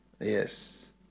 Yes